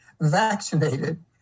vaccinated